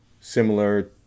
similar